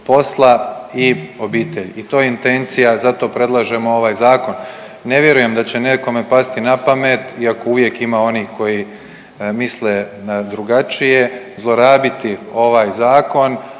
posla i obitelji i to je intencija zato i predlažemo ovaj zakon. Ne vjerujem da će nekome pasti na pamet, iako uvijek ima onih koji misle drugačije, zlorabiti ovaj zakon,